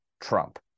Trump